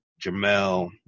Jamel